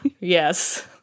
Yes